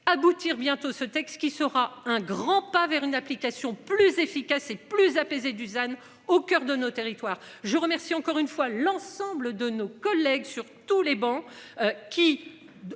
aboutir bientôt ce texte qui sera un grand pas vers une application plus efficace et plus apaisé Dusan au coeur de nos territoires. Je remercie encore une fois l'ensemble de nos collègues sur tous les bancs qui.